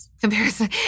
comparison